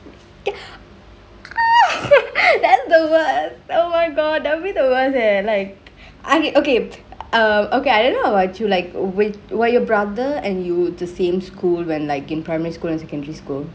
ya that's the worst oh my god that will the worst leh it like I mean okay um okay I don't know about you like would were your brother and you the same school when like in primary school and secondary school